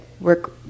work